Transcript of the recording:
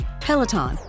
Peloton